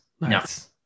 nice